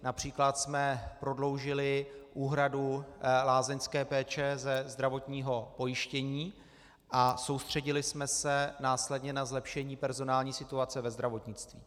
Například jsme prodloužili úhradu lázeňské péče ze zdravotního pojištění a soustředili jsme se následně na zlepšení personální situace ve zdravotnictví.